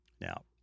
Now